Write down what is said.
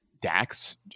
Dax